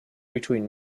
between